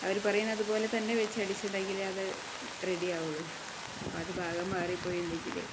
അവര് പറയുന്നതുപോലെ തന്നെ വെച്ചടിച്ചിട്ടുണ്ടെങ്കിലേ അത് റെഡിയാവുകയുള്ളൂ അപ്പോള് അത് ഭാഗം മാറിപ്പോയിട്ടുണ്ടെങ്കില്